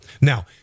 Now